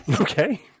Okay